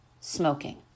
Smoking